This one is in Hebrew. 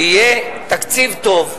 שיהיה תקציב טוב,